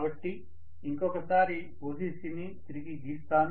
కాబట్టి ఇంకొక సారి OCC ని తిరిగి గీస్తాను